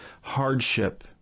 hardship